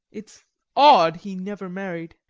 it's odd he never married.